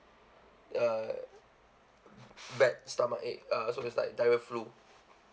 uh bad stomachache uh so is like diarrhoea flu